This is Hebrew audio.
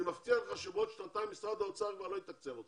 אני מבטיח לך שבעוד שנתיים משרד האוצר כבר לא יתקצב את